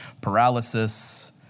paralysis